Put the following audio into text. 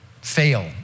fail